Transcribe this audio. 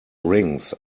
rings